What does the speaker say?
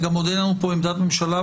ועוד אין לנו פה עמדת ממשלה,